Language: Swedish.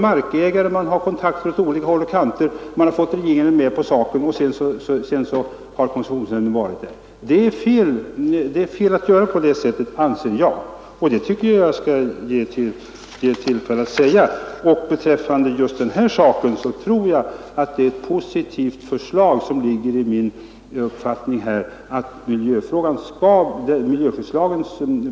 Markägaren tar kontakter på olika håll och får med regeringen på saken, och sedan skall koncessionsnämnden pröva anläggningen. Jag anser att det är fel att göra på det sättet, och jag tycker att man skall få tillfälle att säga detta. Jag tror att just beträffande den här saken är det ett positivt förslag att prövningen skall ske enligt miljöskyddslagen.